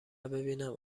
ببینم